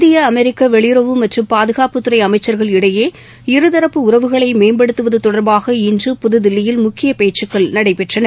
இந்திய அமெரிக்க வெளியுறவு மற்றும் பாதுகாப்புத்துறை அமைச்சர்கள் இடையே இருதரப்பு உறவுகளை மேம்படுத்துவது தொடா்பாக இன்று புதுதில்லியில் முக்கிய பேச்சுக்கள் நடைபெற்றன